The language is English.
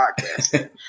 podcast